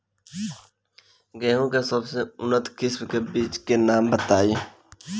गेहूं के सबसे उन्नत किस्म के बिज के नाम बताई?